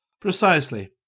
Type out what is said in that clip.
Precisely